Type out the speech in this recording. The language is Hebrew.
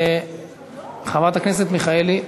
חברת הכנסת מיכאלי,